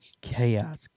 chaos